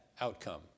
outcome